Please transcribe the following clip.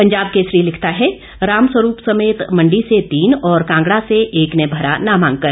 पंजाब केसरी लिखता है रामस्वरूप समेत मंडी से तीन और कांगड़ा से एक ने भरा नामांकन